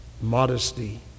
modesty